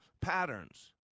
patterns